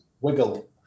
Wiggle